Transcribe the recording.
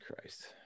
Christ